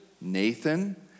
Nathan